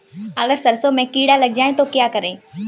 अगर सरसों में कीड़ा लग जाए तो क्या करें?